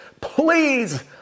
please